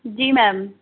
जी ma'am